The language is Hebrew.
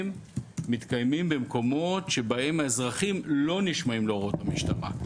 מתקיימים במקומות שבהם האזרחים לא נשמעים להוראות המשטרה,